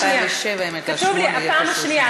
ב-2007 או 2008. כתוב לי: פעם שנייה.